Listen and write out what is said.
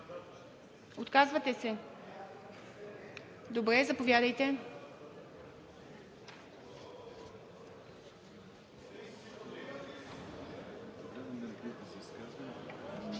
Отказвате се. Добре, заповядайте.